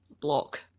Block